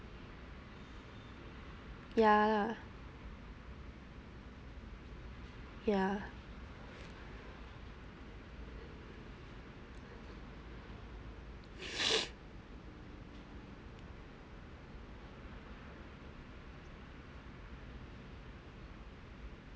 ya lah ya